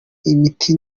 imiti